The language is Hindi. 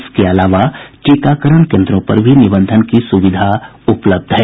इसके अलावा टीकाकरण केन्द्रों पर भी निबंधन की सुविधा उपलब्ध है